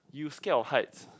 you scared of heights